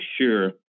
sure